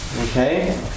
Okay